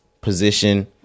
position